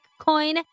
coin